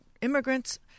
immigrants